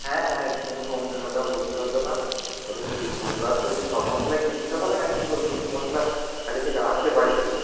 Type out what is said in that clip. হ্যাঁ হ্যাঁ কোনো সমস্যা নেই ওটা হোলসেলের দোকান তোকে সে ডিসকাউন্ট দেবে আর তোর কি সব মশলাই কিনতে হবে না কি তোর কিছু মশলা আগে থেকে আছে বাড়িতে